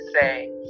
say